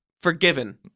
Forgiven